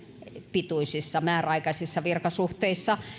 pituisissa määräaikaisissa virkasuhteissa